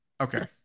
Okay